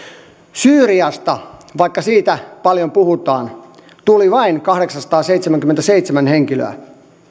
syyriasta vaikka siitä paljon puhutaan tuli vain kahdeksansataaseitsemänkymmentäseitsemän henkilöä